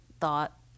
thought